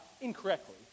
Incorrectly